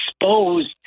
exposed